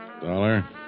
Dollar